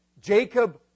Jacob